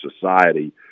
society